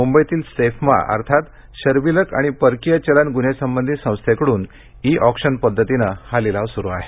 मुंबईतील सेफमा अर्थात शर्विलक आणि परकीय चलन गुन्हेसंबंधी संस्थेकडुन ई ऑक्शन पद्धतीन हा लिलाव सुरू आहे